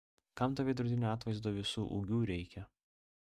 kam to veidrodinio atvaizdo visu ūgiu reikia